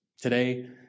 today